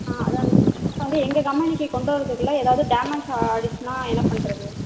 ஆ அதுதான் இப்போ வந்து எங்கள் கம்பெனிக்கு கொண்டு வரதுக்குள்ளே ஏதாவுது டேமேஜ் ஆயிடுச்சுனா என்ன பண்றது